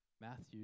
Matthew